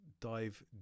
dive